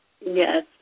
yes